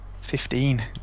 Fifteen